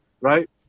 right